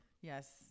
Yes